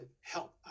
help